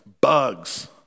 bugs